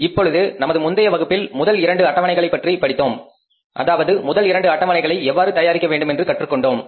இப்பொழுது நமது முந்தைய வகுப்பில் முதல் இரண்டு அட்டவணைகளை பற்றி படித்தோம் அதாவது முதல் இரண்டு அட்டவணைகளை எவ்வாறு தயாரிக்க வேண்டும் என்று கற்றுக் கொண்டோம்